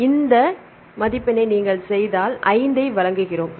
எனவே இந்த மதிப்பெண்ணை நீங்கள் செய்தால் மைனஸ் 5 ஐ வழங்குகிறோம்